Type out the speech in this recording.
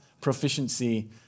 proficiency